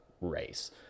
race